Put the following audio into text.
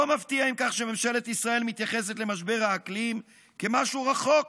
לא מפתיע אם כך שממשלת ישראל מתייחסת למשבר האקלים כאל משהו רחוק